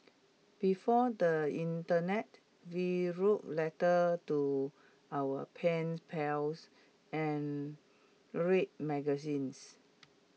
before the Internet we wrote letters to our pen pals and read magazines